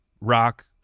rock